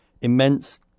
immense